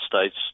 States